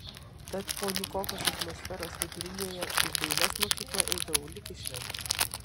tad po nykokos atmosferos vidurinėje į dailės mokyklą eidavau lyg į šventę